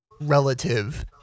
relative